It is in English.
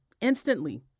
instantly